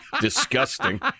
Disgusting